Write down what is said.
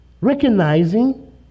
recognizing